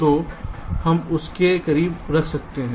तो हम उस के करीब रख सकते हैं